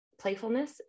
playfulness